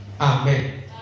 Amen